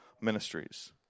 ministries